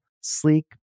sleek